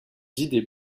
idées